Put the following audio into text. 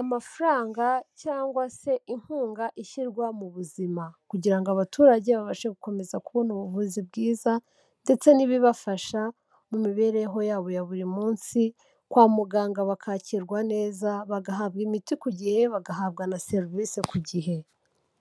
amafaranga cyangwa se inkunga ishyirwa mu buzima, kugira ngo abaturage babashe gukomeza kubona ubuvuzi bwiza ndetse n'ibibafasha mu mibereho yabo ya buri munsi, kwa muganga bakakirwa neza, bagahabwa imiti ku gihe, bagahabwa na serivise ku gihe.